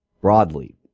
broadly